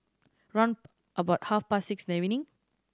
round about half past six in the evening